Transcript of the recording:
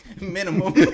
Minimum